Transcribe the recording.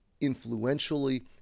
influentially